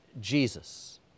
Jesus